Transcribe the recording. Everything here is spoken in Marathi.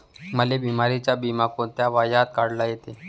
मले बिमारीचा बिमा कोंत्या वयात काढता येते?